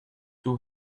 two